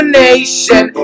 nation